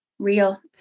real